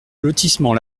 lotissement